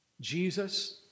Jesus